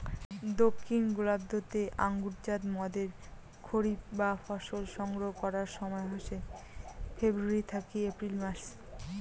দক্ষিন গোলার্ধ তে আঙুরজাত মদের খরিফ বা ফসল সংগ্রহ করার সময় হসে ফেব্রুয়ারী থাকি এপ্রিল মাস